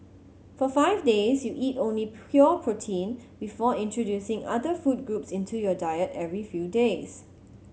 for five days you eat only pure protein before introducing other food groups into your diet every few days